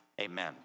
amen